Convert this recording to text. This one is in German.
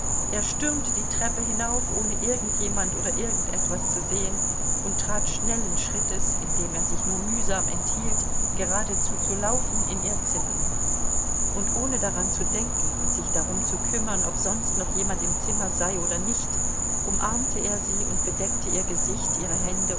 er stürmte die treppe hinauf ohne irgend jemand oder irgend etwas zu sehen und trat schnellen schrittes indem er sich nur mühsam enthielt geradezu zu laufen in ihr zimmer und ohne daran zu denken und sich darum zu kümmern ob sonst noch jemand im zimmer sei oder nicht umarmte er sie und bedeckte ihr gesicht ihre hände